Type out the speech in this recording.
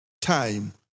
time